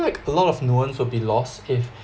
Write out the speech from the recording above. like a lot of nuance would be lost if